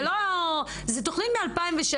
זו תוכנית מ-2016,